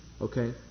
Okay